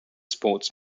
sports